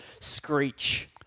Screech